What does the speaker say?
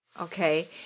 okay